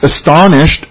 astonished